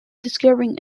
discovering